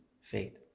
faith